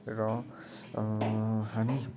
र हामी